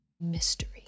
Mystery